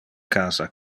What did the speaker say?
casa